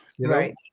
Right